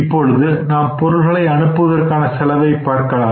இப்பொழுது நாம் பொருளை அனுப்புவதற்கான செலவை பார்க்கலாம்